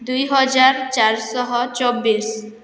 ଦୁଇ ହଜାର ଚାରଶହ ଚବିଶ